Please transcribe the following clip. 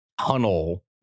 tunnel